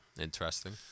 Interesting